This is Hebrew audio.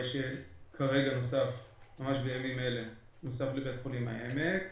שנוסף ממש בימים אלה לבית החולים העמק.